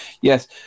Yes